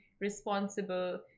responsible